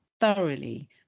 thoroughly